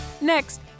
Next